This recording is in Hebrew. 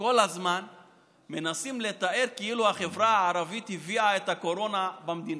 שכל הזמן מנסים לתאר כאילו החברה הערבית הביאה את הקורונה במדינה,